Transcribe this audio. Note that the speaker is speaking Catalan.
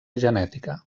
genètica